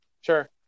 Sure